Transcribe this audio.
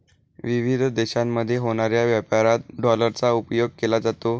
विविध देशांमध्ये होणाऱ्या व्यापारात डॉलरचा उपयोग केला जातो